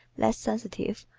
less sensitive,